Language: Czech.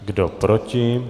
Kdo proti?